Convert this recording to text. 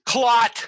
Clot